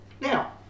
Now